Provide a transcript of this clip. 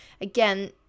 Again